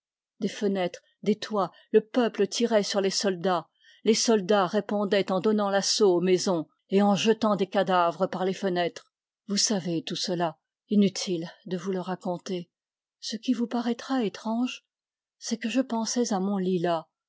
des fenêtres des toits le peuple tirait sur les soldats les soldats répondaient en donnant l'assaut aux maisons et en jetant des cadavres par les fenêtres vous savez tout cela inutile de vous le raconter ce qui vous paraîtra étrange c'est que je pensais à mon lilas